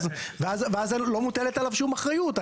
ואז לא מוטלת עליו שום אחריות.